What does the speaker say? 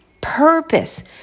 purpose